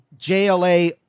JLA